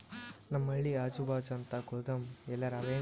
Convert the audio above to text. ನಮ್ ಹಳ್ಳಿ ಅಜುಬಾಜು ಅಂತ ಗೋದಾಮ ಎಲ್ಲರೆ ಅವೇನ್ರಿ?